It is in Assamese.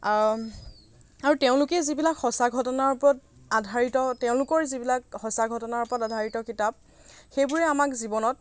আৰু তেওঁলোকে যিবিলাক সঁচা ঘটনাৰ ওপৰত আধাৰিত তেওঁলোকৰ যিবিলাক সঁচা ঘটনা ওপৰত আধাৰিত কিতাপ সেইবোৰে আমাক জীৱনত